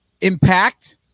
impact